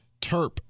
Terp